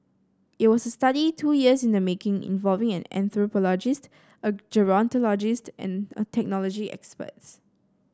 it was a study two years in the making involving an anthropologist a gerontologist and a technology experts